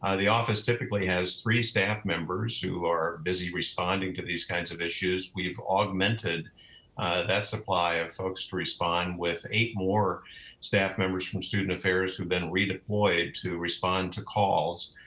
the office typically has three staff members who are busy responding to these kinds of issues. we've augmented that supply of folks to respond with eight more staff members from student affairs who've been redeployed to respond to calls.